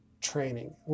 training